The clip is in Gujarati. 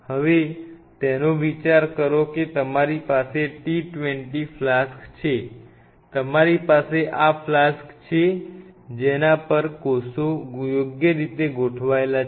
હવે તેનો વિચાર કરો કે તમારી પાસે t 20 ફ્લાસ્ક છે તમારી પાસે આ ફ્લાસ્ક છે જેના પર કોષો યોગ્ય રીતે ગોઠવાયેલા છે